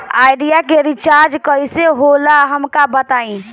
Idea के recharge कईसे होला हमका बताई?